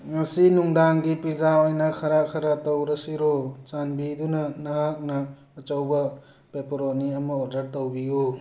ꯉꯁꯤ ꯅꯨꯡꯗꯥꯡꯒꯤ ꯄꯤꯖꯥ ꯑꯣꯏꯅ ꯈꯔ ꯈꯔ ꯇꯧꯔꯁꯤꯔꯣ ꯆꯥꯟꯕꯤꯗꯨꯅ ꯅꯍꯥꯛꯅ ꯑꯆꯧꯕ ꯄꯦꯄꯔꯣꯅꯤ ꯑꯃ ꯑꯣꯗꯔ ꯇꯧꯕꯤꯌꯨ